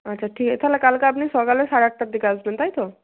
আচ্ছা ঠিক আছে তাহলে কালকে আপনি সকালে সাড়ে আটটার দিকে আসবেন তাই তো